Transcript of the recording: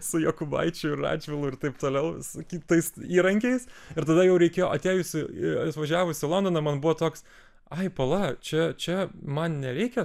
su jokubaičiu ir radžvilu ir taip toliau su kitais įrankiais ir tada jau reikėjo atėjusi atvažiavus į londoną man buvo toks ai pala čia čia man nereikia